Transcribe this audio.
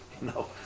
No